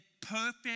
perfect